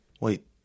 Wait